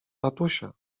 tatusia